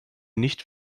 nicht